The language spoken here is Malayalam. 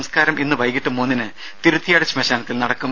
സംസ്കാരം ഇന്ന് വൈകിട്ട് മൂന്നിന് തിരുത്തിയാട് ശ്മശാനത്തിൽ നടക്കും